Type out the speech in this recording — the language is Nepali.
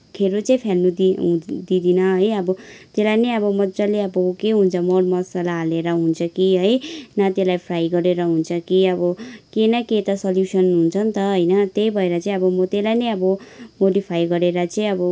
खेरो चाहिँ फ्याल्नु दिँ हुँ दिँदिनँ है अब त्यसलाई नै अब मजाले अब के हुन्छ मरमसला हालेर हुन्छ कि है न त्यसलाई फ्राई गरेर हुन्छ कि अब केही न केही त सल्युसन हुन्छ नि त होइन त्यही भएर चाहिँ अब म त्यसलाई नै अब म मोडिफाई गरेर चाहिँ अब